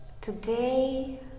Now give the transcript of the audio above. today